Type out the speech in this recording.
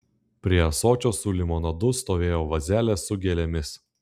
prie ąsočio su limonadu stovėjo vazelė su gėlėmis